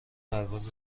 پرواز